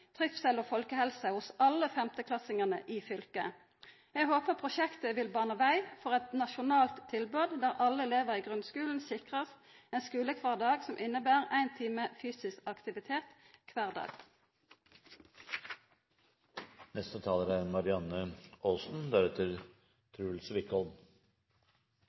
og folkehelse hos alle 5.-klassingar i fylket. Eg håpar prosjektet vil bana veg for eit nasjonalt tilbod, der alle elevar i grunnskulen blir sikra ein skulekvardag som inneber ein time fysisk aktivitet kvar